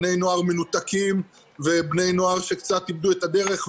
בני נוער מנותקים ובני נוער שקצת איבדו את הדרך.